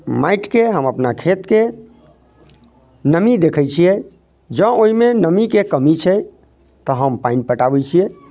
माटिके हम अपना खेतके नमी देखै छियै जँ ओइमे नमीके कमी छै तऽ हम पानि पटाबै छियै